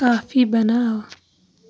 کافی بناو